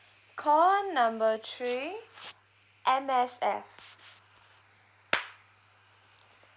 call number three M_S_F